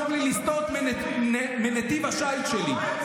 ואל תגרום לי לסטות מנתיב השיט שלי.